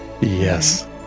Yes